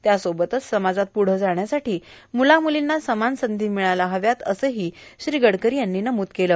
त्यासोबतच समाजात पुढं जाण्यासाठी मुला मुलीना समान संधी मिळायला हव्यात असंही श्री गडकरी यांनी नमूद केलं